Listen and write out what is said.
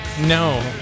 No